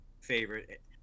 favorite